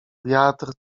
wiatr